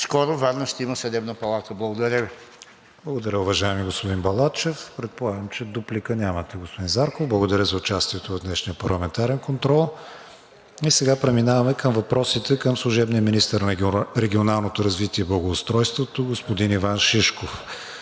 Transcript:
скоро Варна ще има съдебна палата. Благодаря Ви. ПРЕДСЕДАТЕЛ КРИСТИАН ВИГЕНИН: Благодаря, уважаеми господин Балачев. Предполагам, че дуплика нямате, господин Зарков. Благодаря за участието в днешния парламентарен контрол. Сега преминаваме към въпросите към служебния министър на регионалното развитие и благоустройството господин Иван Шишков.